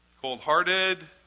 Cold-hearted